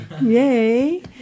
Yay